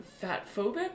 fat-phobic